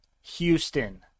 Houston